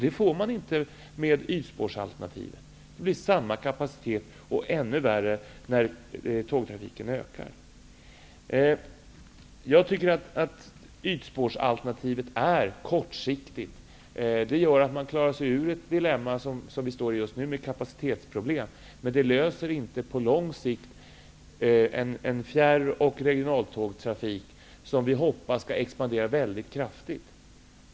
Det får man inte med ytspårsalternativet. Det blir samma kapacitet. Än värre blir det när tågtrafiken ökar. Jag tycker att ytspårsalternativet är kortsiktigt. Det gör att man klarar sig ur det dilemma som vi har just nu med kapacitetsproblem. Men man löser inte problemet långsiktigt för fjärr och regionaltågtrafiken, som vi hoppas skall expandera väldigt kraftigt.